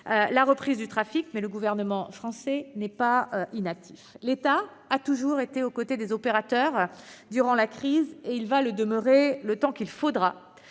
la reprise du trafic, mais le gouvernement français n'est pas inactif. L'État a toujours été aux côtés des opérateurs durant la crise et il le demeurera le temps qu'il faudra,